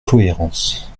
cohérence